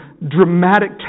dramatic